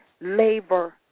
Labor